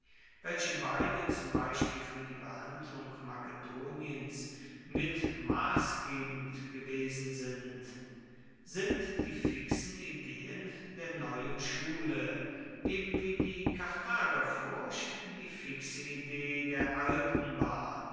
welche beide zum beispiel fuer die behandlung makedoniens mit massgebend gewesen sind sind die fixen ideen der neuen schule eben wie die karthagerfurcht die fixe idee der alten war